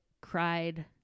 cried